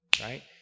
right